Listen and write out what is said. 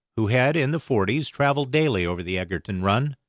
who had, in the forties, travelled daily over the egerton run,